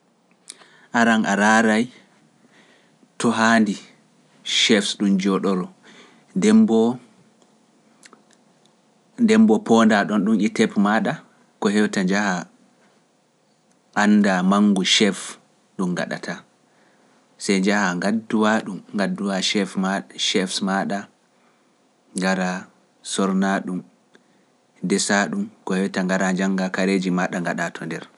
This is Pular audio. Aran a raaray to haandi chefs ɗum jooɗolo, ndemboo poonda ɗon ɗum e tep maaɗa ko hewta njaha anda mangu chef ɗum gaɗata, sey njaha ngadduwa ɗum ngadduwa chefs maaɗa ngara sorna ɗum desa ɗum ko hewta ngara njanga kaareeji maaɗa ngaɗa to nder.